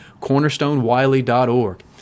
cornerstonewiley.org